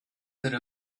could